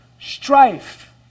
strife